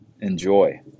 enjoy